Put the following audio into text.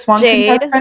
Jade